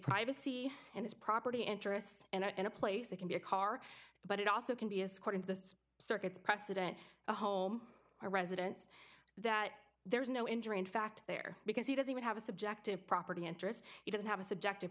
privacy and his property interests and a place that can be a car but it also can be a squat in the circuits president a home or residence that there is no injury in fact there because he doesn't even have a subjective property interest he doesn't have a subjective